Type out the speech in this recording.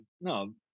no